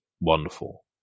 Wonderful